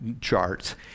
charts